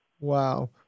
Wow